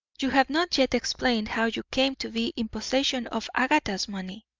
you have not yet explained how you came to be in possession of agatha's money.